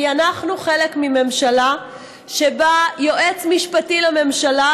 כי אנחנו חלק מממשלה שבה יועץ משפטי לממשלה,